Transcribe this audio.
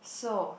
so